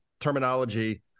terminology